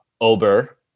Ober